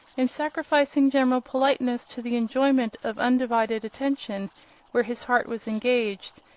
in sacrificing general politeness to the enjoyment of undivided attention where his heart was engaged,